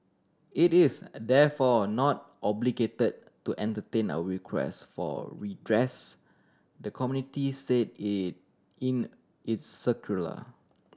it is therefore not obligated to entertain our request for redress the community said it in its circular